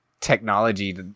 technology